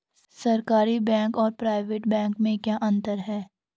सरकारी बैंक और private bank में क्या क्या अंतर हैं?